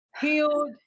healed